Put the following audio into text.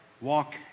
walk